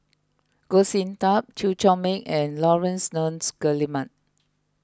Goh Sin Tub Chew Chor Meng and Laurence Nunns Guillemard